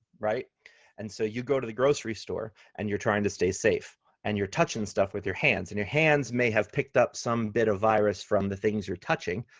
and so you go to the grocery store, and you're trying to stay safe and you're touching stuff with your hands, and your hands may have picked up some bit of virus from the things you're touching,